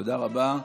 תודה רבה.